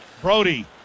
Brody